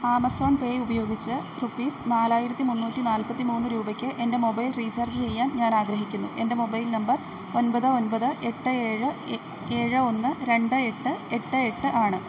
Amazon Pay ഉപയോഗിച്ച് rupees നാലായിരത്തി മുന്നൂറ്റി നാൽപ്പത്തിമൂന്ന് രൂപയ്ക്ക് എൻ്റെ മൊബൈൽ റീചാർജ് ചെയ്യാൻ ഞാൻ ആഗ്രഹിക്കുന്നു എൻ്റെ മൊബൈൽ നമ്പർ ഒമ്പത് ഒമ്പത് എട്ട് ഏഴ് ഏഴ് ഒന്ന് രണ്ട് എട്ട് എട്ട് എട്ട് ആണ്